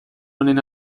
honen